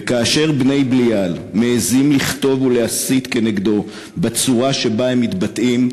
וכאשר בני בליעל מעזים לכתוב ולהסית נגדו בצורה שבה הם מתבטאים,